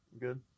good